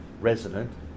resident